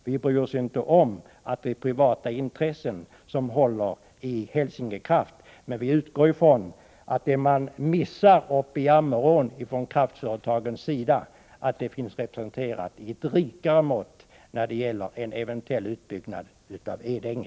Vi bryr oss inte om att det är privata intressen som håller i Hälsingekraft, men vi utgår från att det man från kraftföretagens sida missar uppe i Ammerån blir tillgodosett i ett rikare mått vid en eventuell utbyggnad av Edänge.